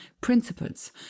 principles